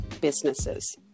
businesses